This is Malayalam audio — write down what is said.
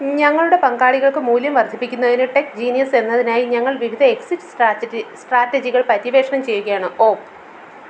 ഞങ്ങളുടെ പങ്കാളികൾക്ക് മൂല്യം വർദ്ധിപ്പിക്കുന്നതിന് ടെക് ജീനിയസ് എന്നതിനായി ഞങ്ങൾ വിവിധ എക്സിറ്റ് സ്ട്രാറ്റ സ്ട്രാറ്റജികൾ പര്യവേക്ഷണം ചെയ്യുകയാണ് ഓപ്